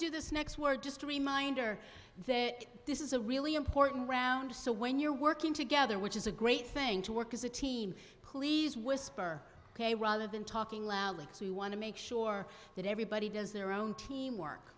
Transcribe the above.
do this next word just a reminder that this is a really important round so when you're working together which is a great thing to work as a team please whisper ok rather than talking loudly we want to make sure that everybody does their own team work